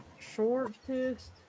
Shortest